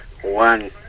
one